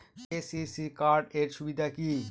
KCC card এর সুবিধা কি?